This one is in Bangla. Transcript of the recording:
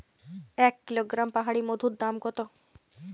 এক কিলোগ্রাম পাহাড়ী মধুর দাম কত?